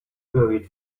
buried